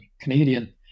Canadian